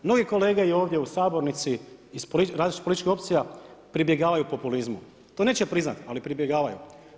Mnogi kolege i ovdje u sabornici iz različitih političkih opcija pribjegavaju populizmu, to neće priznati, ali pribjegavaju.